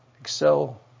Excel